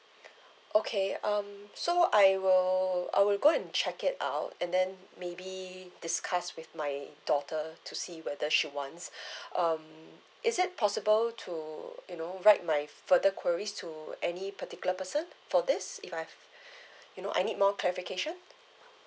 okay um so I will I will go and check it out and then maybe discuss with my daughter to see whether she wants um is it possible to you know write my further queries to any particular person for this if I've you know I need more clarification